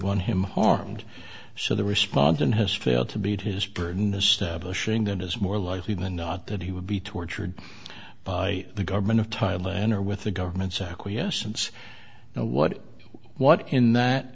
one him harmed so the respondent has failed to beat his burden establishing that is more likely than not that he would be tortured by the government of thailand or with the government's acquiescence what what in that